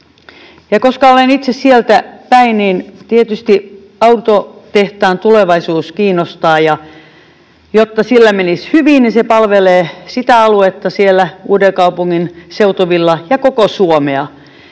Koska olen itse sieltäpäin, niin tietysti autotehtaan tulevaisuus kiinnostaa, ja jotta sillä menisi hyvin, niin se palvelee sitä aluetta siellä Uudenkaupungin seutuvilla ja koko Suomea.